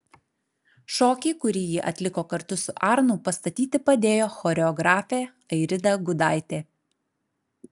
šokį kurį jį atliko kartu su arnu pastatyti padėjo choreografė airida gudaitė